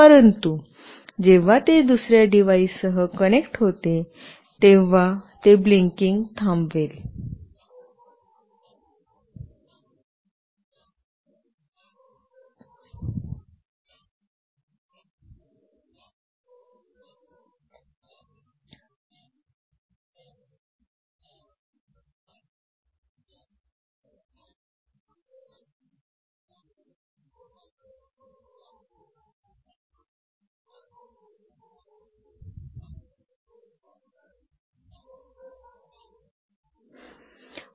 परंतु जेव्हा ते दुसर्या डिव्हाइससह कनेक्ट होते तेव्हा ते ब्लिंकिंग थांबवेल